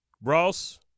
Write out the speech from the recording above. Ross